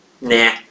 Nah